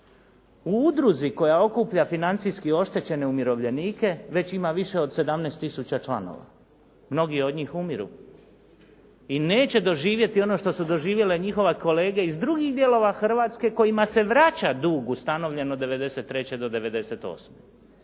U udruzi koja okuplja financijski oštećene umirovljenike već ima više od 17 tisuća članova. Mnogi od njih umiru i neće doživjeti ono što su doživjele njihove kolege iz drugih dijelova Hrvatske kojima se vraća dug ustanovljen od 1993. do 1998.